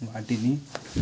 వాటిని